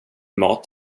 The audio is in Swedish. mat